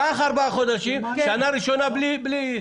קח ארבעה חודשים, אבל בשנה הראשונה בלי אכיפה.